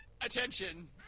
Attention